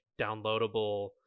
downloadable